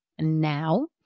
now